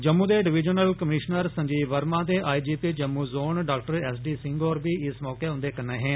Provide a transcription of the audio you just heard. जम्मू दे divisional commissioner Sanjeev Verma ते I G P Jammu zone doctor S D Singh होर बी इस मौके उन्दे कन्नै हे